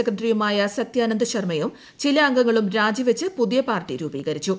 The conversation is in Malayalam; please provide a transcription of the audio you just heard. സെക്രട്ടറിയുമായ സത്യാനന്ദ് ശർമ്മയും ചില അംഗങ്ങളും രാജിവച്ച് പുതിയ പാർട്ടി രൂപീകരിച്ചു